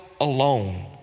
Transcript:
alone